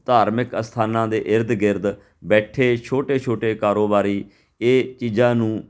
ਧਾਰਮਿਕ ਅਸਥਾਨਾਂ ਦੇ ਇਰਦ ਗਿਰਦ ਬੈਠੇ ਛੋਟੇ ਛੋਟੇ ਕਾਰੋਬਾਰੀ ਇਹ ਚੀਜ਼ਾਂ ਨੂੰ